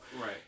Right